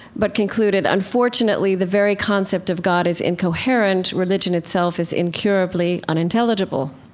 but concluded, unfortunately, the very concept of god is incoherent. religion itself is incurably unintelligible.